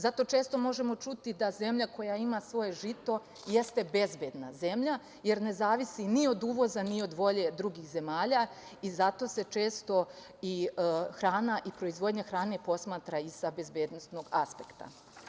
Zato često možemo čuti da zemlja koja ima svoje žito jeste bezbedna zemlja, jer ne zavisi ni od uvoza, ni od volje drugih zemalja i zato se često i hrana i proizvodnja hrane posmatra i sa bezbednosnog aspekta.